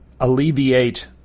alleviate